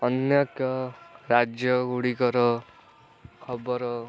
ଅନେକ ରାଜ୍ୟଗୁଡ଼ିକର ଖବର